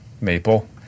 maple